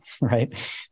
right